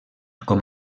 com